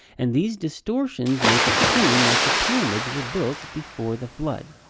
and these distortions make it seem like the pyramids were built before the flood.